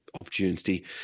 opportunity